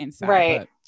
Right